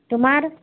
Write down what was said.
তোমাৰ